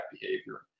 behavior